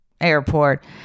airport